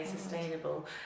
Sustainable